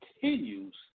continues